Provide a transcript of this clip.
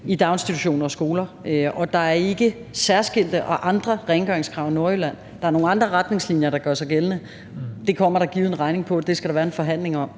i daginstitution og skole. Der er ikke særskilte og andre rengøringskrav i Nordjylland. Der er nogle andre retningslinjer, der gør sig gældende, og det kommer der givet en regning på – det skal der være en forhandling om.